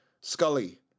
Scully